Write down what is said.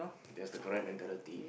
that's the correct mentality